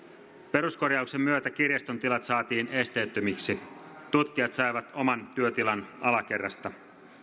peruskorjauksen myötä kirjaston tilat saatiin esteettömiksi tutkijat saivat oman työtilan alakerrasta